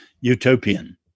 utopian